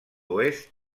oest